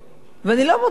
אני מוצאת, אולי, עוד אחד.